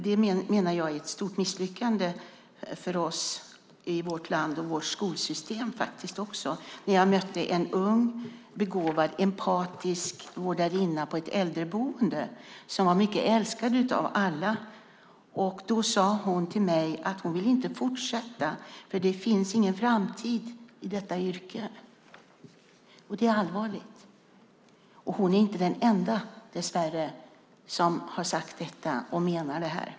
Det menar jag är ett stort misslyckande för oss i vårt land och faktiskt också för vårt skolsystem. Jag mötte en ung, begåvad, empatisk vårdarinna på ett äldreboende som var mycket älskad av alla. Hon sade till mig att hon inte ville fortsätta för att det inte finns någon framtid i detta yrke. Det är allvarligt. Och hon är inte den enda, dessvärre, som har sagt detta och menar det här.